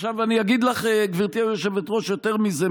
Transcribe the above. עכשיו אני אגיד לך, גברתי היושבת-ראש, יותר מזה.